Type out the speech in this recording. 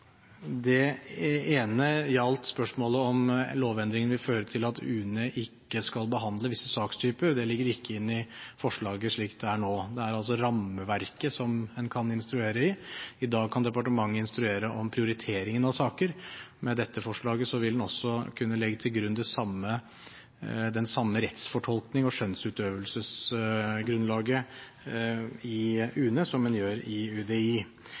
Det ene gjaldt spørsmålet om lovendringen vil føre til at UNE ikke skal behandle visse sakstyper. Det ligger ikke inne i forslaget slik det er nå. Det er altså rammeverket en kan instruere i. I dag kan departementet instruere om prioriteringen av saker, med dette forslaget vil en også kunne legge til grunn den samme rettsfortolkning og det samme skjønnsutøvelsesgrunnlaget i UNE som en gjør i UDI.